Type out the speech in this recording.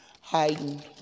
hiding